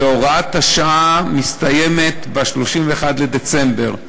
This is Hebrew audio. והוראת השעה מסתיימת ב-31 בדצמבר.